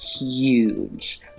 huge